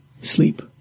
sleep